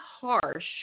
harsh